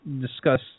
discuss